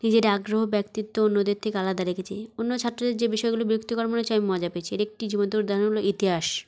নিজের আগ্রহ ব্যক্তিত্ব অন্যদের থেকে আলাদা রেখেছি অন্য ছাত্রদের যে বিষয়গুলো বিরক্তিকর মনে হয়েছে আমি মজা পেয়েছি এর একটি জীবন্ত উদাহরণ হলো ইতিহাস